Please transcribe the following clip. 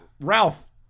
Ralph